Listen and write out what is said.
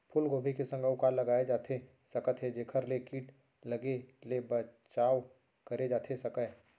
फूलगोभी के संग अऊ का लगाए जाथे सकत हे जेखर ले किट लगे ले बचाव करे जाथे सकय?